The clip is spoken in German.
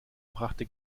brachte